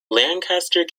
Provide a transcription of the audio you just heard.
lancaster